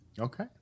Okay